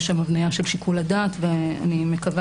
יש שם הבניה של שיקול הדעת ואני מקווה